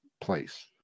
place